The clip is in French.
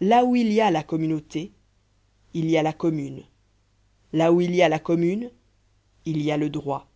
là où il y a la communauté il y a la commune là où il y a la commune il y a le droit